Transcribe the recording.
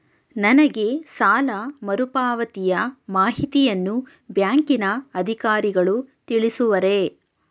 ನನಗೆ ಸಾಲ ಮರುಪಾವತಿಯ ಮಾಹಿತಿಯನ್ನು ಬ್ಯಾಂಕಿನ ಅಧಿಕಾರಿಗಳು ತಿಳಿಸುವರೇ?